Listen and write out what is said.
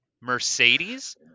mercedes